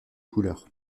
couleur